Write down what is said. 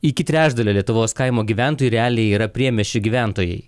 iki trečdalio lietuvos kaimo gyventojai realiai yra priemiesčių gyventojai